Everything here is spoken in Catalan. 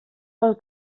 pel